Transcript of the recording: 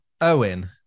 Owen